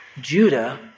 Judah